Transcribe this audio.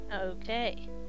Okay